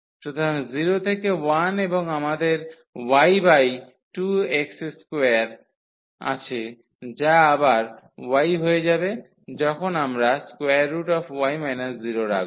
সুতরাং 0 থেকে 1 এবং আমাদের y বাই 2x2 আছে যা আবার y হয়ে যাবে যখন আমরা y 0 রাখব